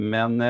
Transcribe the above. Men